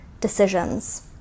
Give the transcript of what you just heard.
decisions